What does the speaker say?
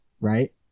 right